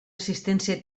assistència